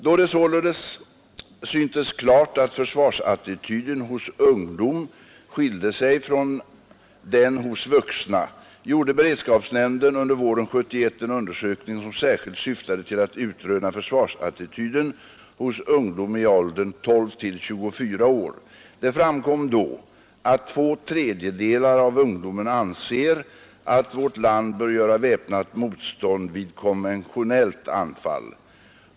Då det således syntes klart att försvarsattityden hos ungdom skilde sig från den hos vuxna gjorde beredskapsnämnden under våren 1971 en undersökning som särskilt syftade till att utröna försvarsattityden hos ungdom i åldern 12—24 år. Det framkom då att två tredjedelar av ungdomen anser att vårt land bör göra väpnat motstånd vid konventionellt anfall.